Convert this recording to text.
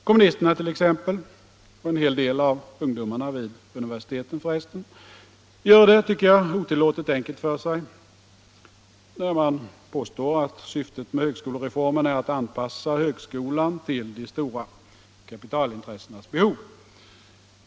Kommunisterna — och för resten en hel del av ungdomarna vid universiteten — gör det, tycker jag, otillåtet enkelt för sig när de påstår att syftet med högskolereformen är att anpassa högskolan till de stora kapitalintressenas behov.